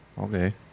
Okay